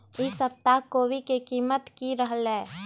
ई सप्ताह कोवी के कीमत की रहलै?